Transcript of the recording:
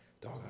Dog